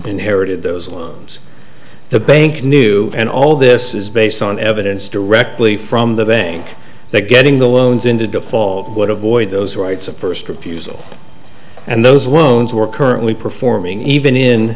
inherited those loans the bank knew and all this is based on evidence directly from the bank that getting the loans into default would avoid those rights of first refusal and those loans who are currently performing even in